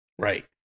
Right